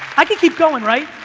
i can keep going, right?